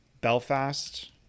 Belfast